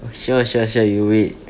sure sure sure you wait